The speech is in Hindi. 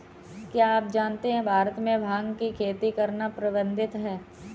क्या आप जानते है भारत में भांग की खेती करना प्रतिबंधित है?